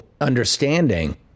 understanding